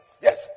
Yes